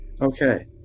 Okay